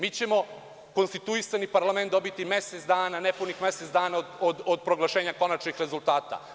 Mi ćemo konstituisani parlament dobiti nepunih mesec dana od proglašenja konačnih rezultata.